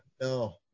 no